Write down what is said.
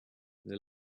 the